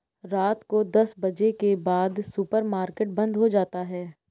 रात को दस बजे के बाद सुपर मार्केट बंद हो जाता है